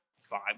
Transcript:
five